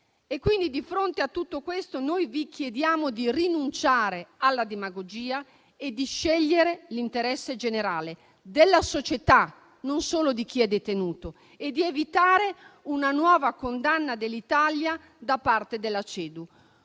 Di fronte a tutto questo, vi chiediamo di rinunciare alla demagogia e di scegliere l'interesse generale della società, non solo di chi è detenuto, e di evitare una nuova condanna dell'Italia da parte della CEDU.